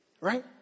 Right